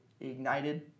ignited